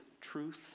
truth